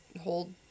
hold